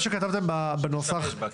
תשתמש בה.